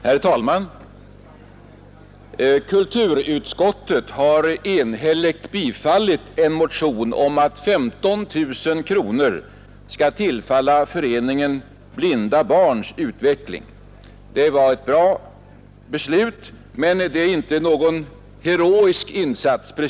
Herr talman! Kulturutskottet har enhälligt tillstyrkt en motion om att 15 000 kronor skall tillfalla Föreningen Blinda barns utveckling. Det var ett bra beslut, men det är inte precis någon heroisk insats.